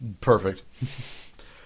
Perfect